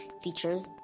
features